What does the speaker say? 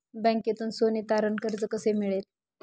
बँकेतून सोने तारण कर्ज कसे मिळेल?